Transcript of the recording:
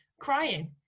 crying